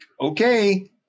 okay